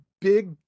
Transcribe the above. big